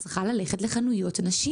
את צריכה ללכת לחנויות נשים.